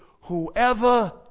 whoever